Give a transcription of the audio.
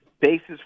basis